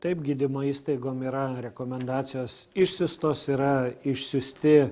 taip gydymo įstaigom yra rekomendacijos išsiųstos yra išsiųsti